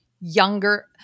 younger